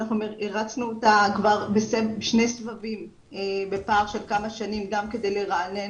הרצנו אותה בשני סבבים בפער של כמה שנים גם כדי לרענן